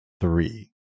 three